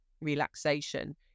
relaxation